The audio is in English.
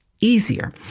easier